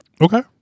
Okay